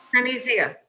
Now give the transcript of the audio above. sunny zia.